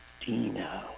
Dino